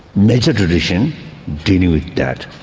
major traditions dealing with that.